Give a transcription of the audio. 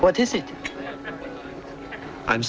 what is it i'm